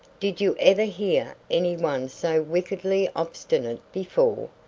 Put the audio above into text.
did you ever hear any one so wickedly obstinate before?